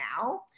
now